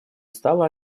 стала